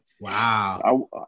Wow